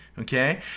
Okay